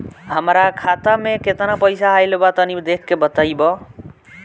हमार खाता मे केतना पईसा आइल बा तनि देख के बतईब?